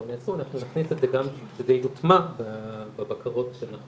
אנחנו נכניס את זה גם שזה יוטמע בבקרות שאנחנו